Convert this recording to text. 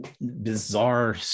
bizarre